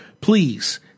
Please